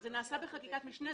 זה נעשה בחקיקת משנה.